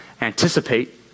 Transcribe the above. Anticipate